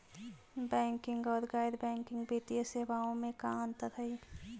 Banking और गैर banking वित्तीय सेवाओं में का अंतर हइ?